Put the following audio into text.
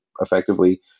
effectively